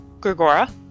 Gregora